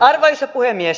arvoisa puhemies